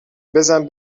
بزن